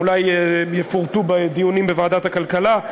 ואולי הם יפורטו בדיונים בוועדת הכלכלה.